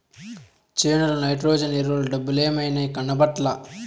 చేనుల నైట్రోజన్ ఎరువుల డబ్బలేమైనాయి, కనబట్లా